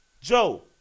joe